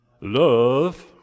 love